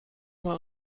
mal